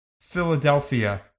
Philadelphia